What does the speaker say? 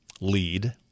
lead